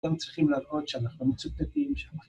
גם צריכים לראות שאנחנו מצוטטים שאנחנו.